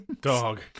Dog